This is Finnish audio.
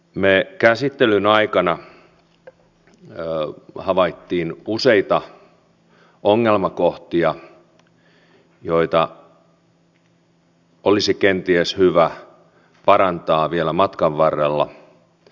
me käsittelyn aikana havaitsimme useita ongelmakohtia joita olisi kenties hyvä parantaa vielä matkan varrella